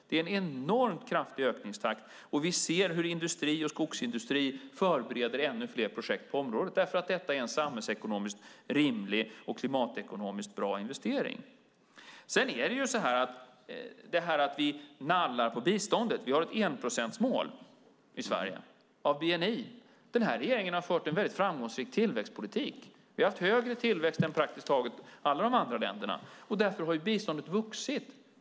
Det är en enormt kraftig ökningstakt. Vi ser hur industrin och skogsindustrin förbereder ännu fler projekt på området därför att detta är en samhällsekonomiskt rimlig och klimatekonomiskt bra investering. Sedan hävdas det att vi "nallar" på biståndet. Det finns ett enprocentsmål av bni i Sverige. Den här regeringen har fört en framgångsrik tillväxtpolitik. Vi har haft högre tillväxt än praktiskt taget alla andra länder. Därför har biståndet vuxit.